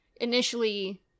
Initially